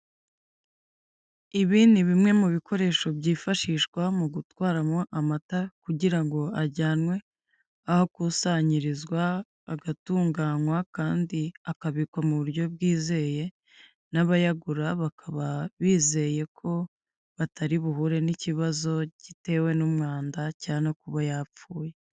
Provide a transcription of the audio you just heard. Ibi ni bimwe mu bikoresho byifashishwa mu gutwaramo amata kugira ngo ajyanwe ahakusanyirizwa agatunganywa kandi akabikwa mu buryo bwizewe n'abayagura bakaba bizeye ko batari buhure n'ikibazo gitewe n'umwanda no kuba yapfuye.